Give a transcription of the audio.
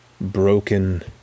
broken